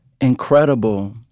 incredible